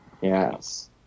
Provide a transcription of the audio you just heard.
yes